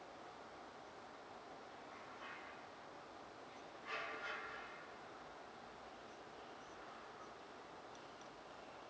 hmm